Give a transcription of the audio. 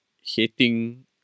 hating